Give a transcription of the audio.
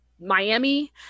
miami